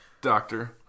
Doctor